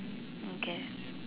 okay